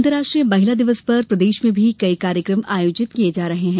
अंतर्राष्ट्रीय महिला दिवस पर प्रदेश में भी कई कार्यक्रम आयोजित किये जा रहे हैं